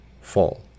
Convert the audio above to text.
fall